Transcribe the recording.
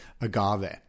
agave